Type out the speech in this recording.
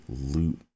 loot